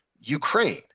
Ukraine